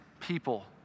people